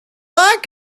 like